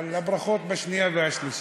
אבל הברכות בשנייה והשלישית.